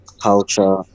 culture